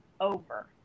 over